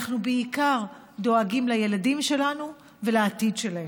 אנחנו בעיקר דואגים לילדים שלנו ולעתיד שלהם.